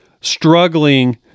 struggling